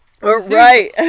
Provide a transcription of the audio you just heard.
Right